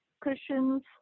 cushions